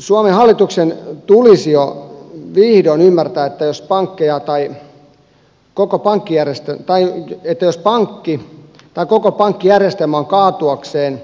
suomen hallituksen tulisi jo vihdoin ymmärtää että jos pankki tai koko pankkijärjestelmä on kaatuakseen